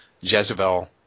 Jezebel